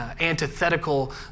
antithetical